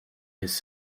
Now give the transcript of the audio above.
his